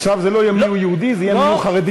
עכשיו זה לא יהיה מיהו יהודי, זה יהיה מיהו חרדי.